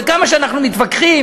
כמה שאנחנו מתווכחים,